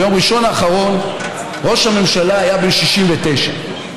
ביום ראשון האחרון ראש הממשלה היה בן 69,